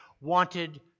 wanted